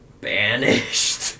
banished